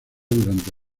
durante